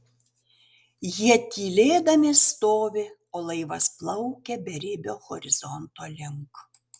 jie tylėdami stovi o laivas plaukia beribio horizonto link